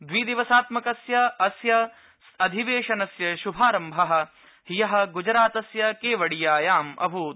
द्विदिवसात्मकस्य अस्य अधिवेशनस्य श्भारम्भ हय गुजरातस्य केवडियायाम् अभूत्